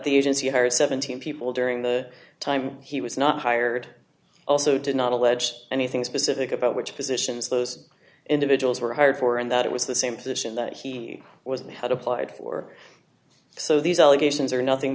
the agency hire seventeen people during the time he was not hired also did not allege anything specific about which positions those individuals were hired for and that it was the same position that he was had applied for so these allegations are nothing